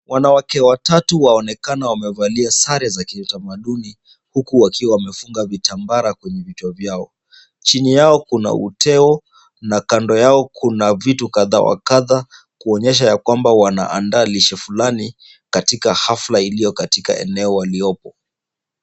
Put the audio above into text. Wanawake watatu waonekana wakiwa wamevalia sare za kiutamaduni huku wakiwa wamefunga vitambara kwenye vichwa vyao. Chini yao kuna uteo na kando yao kuna vitu kadha wa kadha kuonyesha ya kwamba wanaandaa lishe fulani katika hafla iliyo katika eneo waliopo.